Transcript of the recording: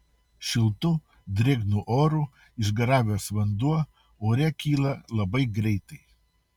šiltu drėgnu oru išgaravęs vanduo ore kyla labai greitai